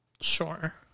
Sure